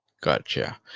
Gotcha